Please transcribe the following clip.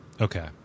Okay